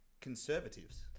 Conservatives